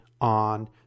on